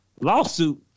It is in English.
Lawsuit